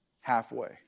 halfway